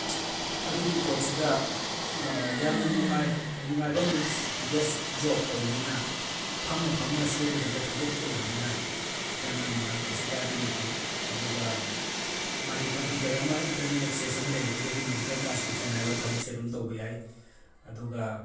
ꯑꯗꯨꯒꯤ ꯄꯣꯠꯁꯤꯗ ꯌꯥꯝꯅ ꯅꯨꯡꯉꯥꯏ ꯅꯨꯡꯉꯥꯏꯕ ꯃꯤꯟꯁ ꯗꯦꯛꯁ ꯖꯣꯞ ꯑꯣꯏꯕꯅꯤꯅ ꯐꯝꯅ ꯐꯝꯅ ꯁꯨꯒꯗꯕ ꯊꯕꯛ ꯑꯣꯏꯕꯅꯤꯅ ꯌꯥꯝꯅ ꯅꯨꯡꯉꯥꯏ ꯀꯩꯁꯨ ꯀꯥꯏꯕ ꯂꯩꯇꯦ ꯑꯗꯨꯒ ꯃꯥꯗꯤ ꯀꯝꯄ꯭ꯌꯨꯇꯔ ꯑꯃ ꯏꯟꯇꯔꯅꯦꯠ ꯑꯦꯛꯁꯦꯁ ꯑꯃ ꯂꯩꯔꯒꯗꯤ ꯑꯗꯨꯝ ꯃꯦꯗꯤꯀꯦꯜ ꯇ꯭ꯔꯥꯟꯁꯀ꯭ꯔꯤꯞꯁꯟ ꯍꯥꯏꯕ ꯊꯕꯛꯁꯦ ꯑꯗꯨꯝ ꯇꯧꯕ ꯌꯥꯏ ꯑꯗꯨꯒ